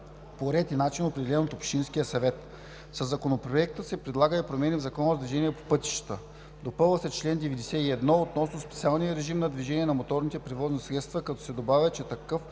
по ред и начин определен от Общинския съвет. Със Законопроекта се предлагат и промени в Закона за движението по пътищата. Допълва се чл. 91 относно специалния режим на движение на моторните превозни средства, като се добавя, че такъв